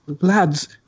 Lads